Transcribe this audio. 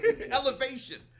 Elevation